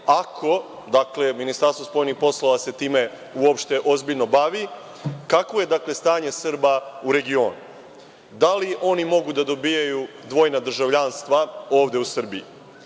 ako Ministarstvo spoljnih poslova se time uopšte ozbiljno bavi, kakvo je dakle stanje Srba u regionu? Da li oni mogu da dobijaju dvojna državljanstva ovde u Srbiji?